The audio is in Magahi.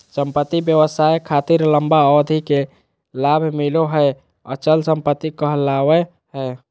संपत्ति व्यवसाय खातिर लंबा अवधि ले लाभ मिलो हय अचल संपत्ति कहलावय हय